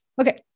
Okay